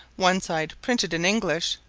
one side printed in english,